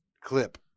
clip